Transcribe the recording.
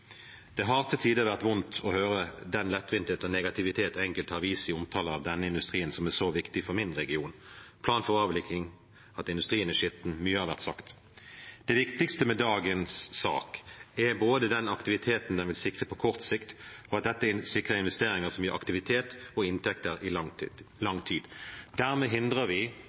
Det har til tider vært vondt å høre den lettvinthet og negativitet enkelte har vist i omtalen av denne industrien som er så viktig for min region – plan for avvikling, industrien er skitten; mye har vært sagt. Det viktigste med dagens sak er både den aktiviteten den vil sikre på kort sikt, og at dette vil sikre investeringer som vil gi aktivitet og inntekter i lang tid. Dermed gjør vi